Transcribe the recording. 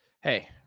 Hey